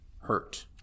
hurt